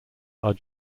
are